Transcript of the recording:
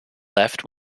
left